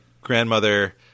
grandmother